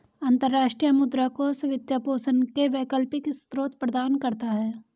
अंतर्राष्ट्रीय मुद्रा कोष वित्त पोषण के वैकल्पिक स्रोत प्रदान करता है